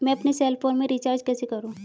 मैं अपने cell phone में रिचार्ज कैसे करूँ?